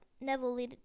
Neville